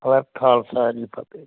Waheguru Khalsa ji Fateh